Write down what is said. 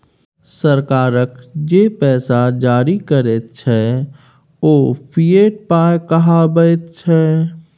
सरकार जे पैसा जारी करैत छै ओ फिएट पाय कहाबैत छै